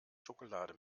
schokolade